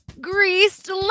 Greased